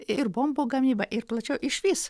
ir bombų gamyba ir plačiau išvis